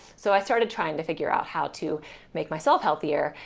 so i started trying to figure out how to make myself healthier,